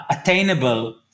attainable